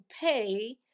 pay